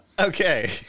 Okay